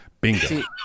Bingo